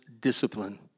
discipline